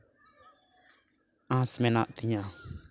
ᱟᱸᱥ ᱢᱮᱱᱟᱜ ᱛᱤᱧᱟ